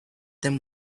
them